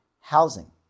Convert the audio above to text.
housing